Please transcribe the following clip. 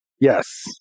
Yes